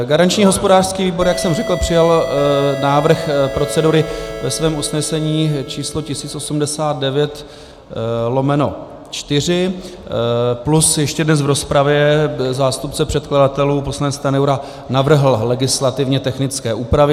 Garanční hospodářský výbor, jak jsem řekl, přijal návrh procedury ve svém usnesení číslo 1089/4 plus ještě dnes v rozpravě zástupce předkladatelů poslanec Stanjura navrhl legislativně technické úpravy.